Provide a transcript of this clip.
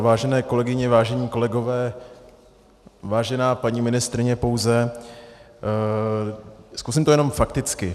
Vážené kolegyně, vážení kolegové, vážená paní ministryně pouze , zkusím to jenom fakticky.